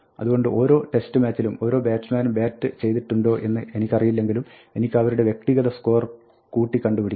അതുകൊണ്ട് ഓരോ ടെസ്റ്റ് മാച്ചിലും ഓരോ ബാറ്റ്സ്മാനും ബാറ്റ് ചെയ്തിട്ടുണ്ടോ എന്ന് എനിക്കറിയില്ലെങ്കിലും എനിക്ക് അവരുടെ വ്യക്തിഗത സ്കോർ കൂട്ടി കണ്ടുപിടിക്കണം